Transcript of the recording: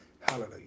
Hallelujah